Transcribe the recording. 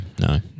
no